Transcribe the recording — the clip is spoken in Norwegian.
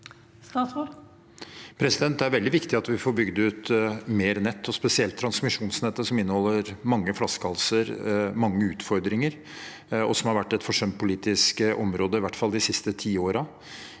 Det er veldig vik- tig at vi får bygd ut mer nett, og spesielt transmisjonsnettet, som inneholder mange flaskehalser og mange utfordringer, og som har vært et forsømt politisk område, i hvert fall de siste ti årene.